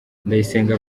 ndayisenga